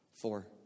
Four